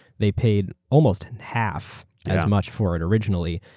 they paid almost half as much for it originally,